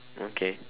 okay